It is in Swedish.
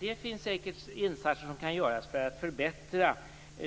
Det finns säkert insatser att göra för att förbättra